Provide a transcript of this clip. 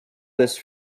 this